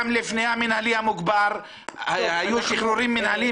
גם לפני המנהלי המוגבר היו שחרורים מנהליים